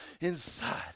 inside